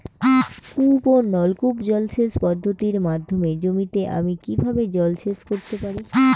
কূপ ও নলকূপ জলসেচ পদ্ধতির মাধ্যমে জমিতে আমি কীভাবে জলসেচ করতে পারি?